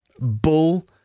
Bull